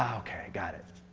ok got it.